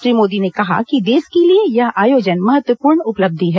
श्री मोदी ने कहा कि देश के लिए यह आयोजन महत्वपूर्ण उपलब्धि है